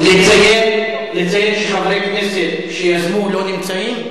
לציין שחברי כנסת שיזמו לא נמצאים?